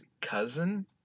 cousin